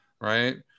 Right